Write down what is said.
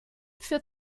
für